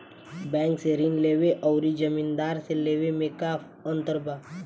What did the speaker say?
Bank से ऋण लेवे अउर जमींदार से लेवे मे का अंतर बा?